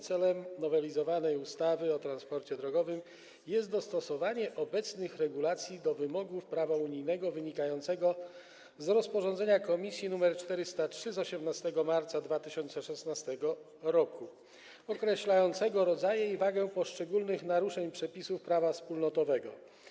Celem nowelizowanej ustawy o transporcie drogowym jest dostosowanie obecnych regulacji do wymogów prawa unijnego wynikających z rozporządzenia Komisji nr 403 z 18 marca 2016 r. określającego rodzaje i wagę poszczególnych naruszeń przepisów prawa wspólnotowego.